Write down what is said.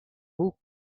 beau